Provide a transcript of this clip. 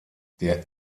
der